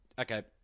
okay